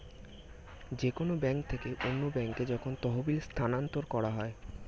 যে কোন ব্যাংক থেকে অন্য ব্যাংকে যখন তহবিল স্থানান্তর করা হয়